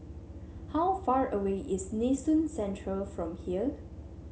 how far away is Nee Soon Central from here